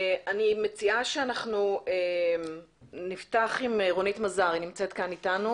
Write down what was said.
אני מציעה שנפתח עם רונית מזר שנמצאת אתנו.